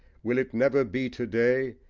will it never be to-day?